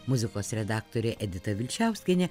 muzikos redaktorė edita vilčiauskienė